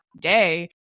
day